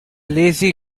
lazy